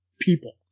people